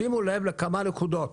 שימו לב לכמה נקודות